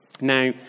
Now